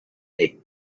ney